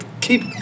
keep